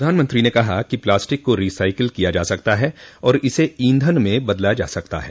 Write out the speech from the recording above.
प्रधानमंत्री ने कहा कि प्लास्टिक को रिसाइकिल किया जा सकता है और इसे ईंधन में बदला जा सकता है